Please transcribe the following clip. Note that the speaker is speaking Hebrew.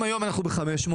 אם היום אנחנו ב-500,